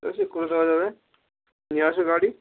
সে করে দেওয়া যাবে নিয়ে আসো গাড়ি